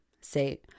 say